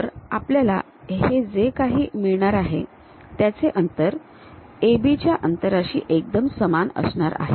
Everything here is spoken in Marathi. तर आपल्याला जे काही मिळणार आहे त्याचे अंतर हे AB च्या अंतराशी एकदम समान असणार आहे